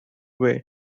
way